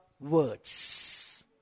words